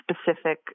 specific